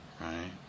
Right